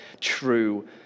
true